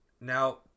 Now